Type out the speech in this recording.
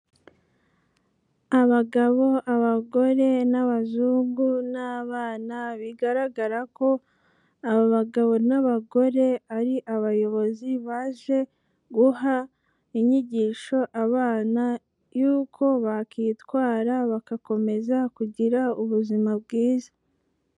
Abagabo, abagore n'abazungu n'abana bigaragara ko abagabo n'abagore ari abayobozi baje guha inyigisho abana yuko bakwitwara bagakomeza kugira ubuzima bwiza.